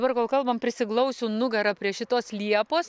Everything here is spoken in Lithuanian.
dabar kol kalbam prisiglausiu nugara prie šitos liepos